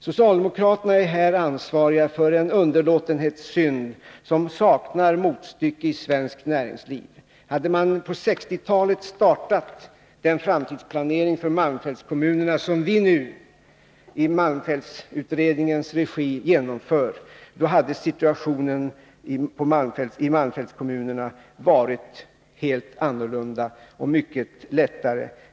Socialdemokraterna är här ansvariga för en underlåtenhetssynd som saknar motstycke i svenskt näringsliv. Hade man på 1960-talet startat en framtidsplanering för malmfältskommunerna som den vi nu genomför i malmfältsutredningens regi, då hade situationen där varit helt annorlunda och mycket ljusare.